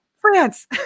France